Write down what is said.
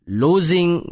losing